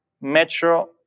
metro